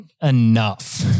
enough